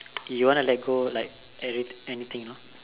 you want to let go like any~ anything you know